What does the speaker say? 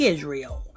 Israel